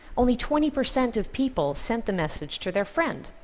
only twenty percent of people sent the message to their friend.